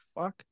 fuck